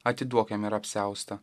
atiduok jam ir apsiaustą